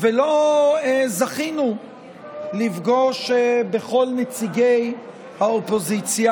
ולא זכינו לפגוש בכל נציגי האופוזיציה.